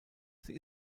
sie